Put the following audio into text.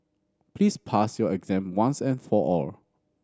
please pass your exam once and for all